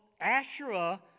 Asherah